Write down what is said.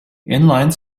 inline